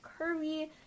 curvy